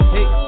Hey